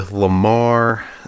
Lamar